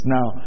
Now